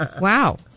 Wow